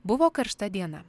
buvo karšta diena